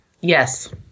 yes